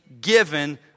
given